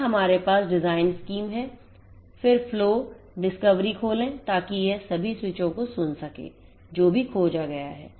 फिर हमारे पास डिज़ाइन स्कीम है फिर flowdiscovery खोलें ताकि यह सभी स्विचों को सुन सके जो भी खोजा गया है